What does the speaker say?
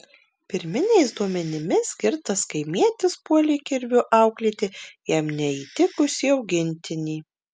pirminiais duomenimis girtas kaimietis puolė kirviu auklėti jam neįtikusį augintinį